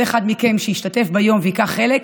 כל אחד מכם שישתתף ביום וייקח חלק,